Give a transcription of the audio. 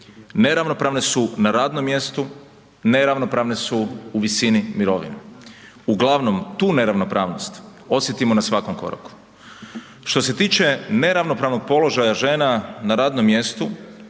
neravnopravne su na radnom mjestu, neravnopravne su u visini mirovine. Uglavnom tu neravnopravnost osjetimo na svakom koraku. Što se tiče neravnopravnog položaja žena na radnom mjestu